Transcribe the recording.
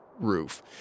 roof